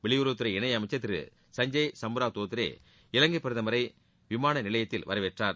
வெளிபுறவுத்துறை இணையமைச்சர் திரு சஞ்சுப் சும்ராவ் தோத்ரே இலங்கை பிரதமரை விமான நிலையத்தில் வரவேற்றார்